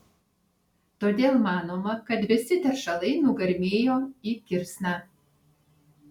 todėl manoma kad visi teršalai nugarmėjo į kirsną